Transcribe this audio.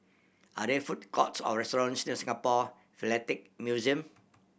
are there food courts or restaurants near Singapore Philatelic Museum